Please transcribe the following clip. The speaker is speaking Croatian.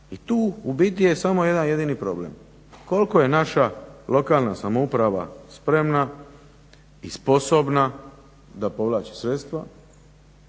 I tu u biti samo je jedan jedini problem. Koliko je naša lokalna samouprava spremna i sposobna da povlači sredstva,